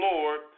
Lord